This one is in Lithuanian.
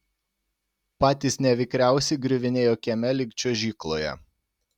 patys nevikriausi griuvinėjo kieme lyg čiuožykloje